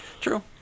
True